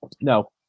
no